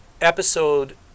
episode